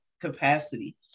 capacity